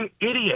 idiot